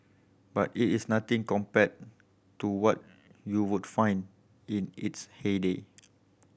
but it is nothing compared to what you would find in its heyday